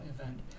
event